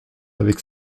avec